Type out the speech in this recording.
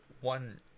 one